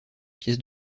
pièces